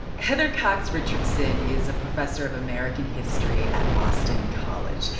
heather cox richardson is a professor of american history at boston college.